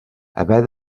haver